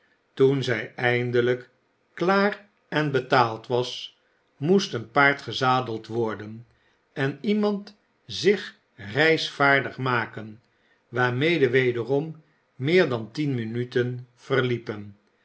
toen zij eindelijk klaar en betaald was moest een paard gezadeld worden en iemand zich reisvaardig maken waarmede wederom meer dan tien minuten verliepen